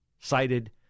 cited